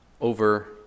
over